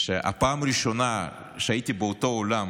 שהפעם הראשונה שהייתי באותו אולם